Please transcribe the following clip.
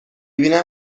بینم